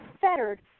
fettered